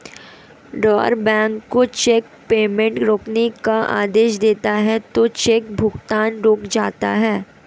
drawer bank को cheque payment रोकने का आदेश देता है तो चेक भुगतान रुक जाता है